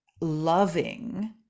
loving